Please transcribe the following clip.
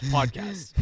Podcast